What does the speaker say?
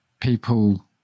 people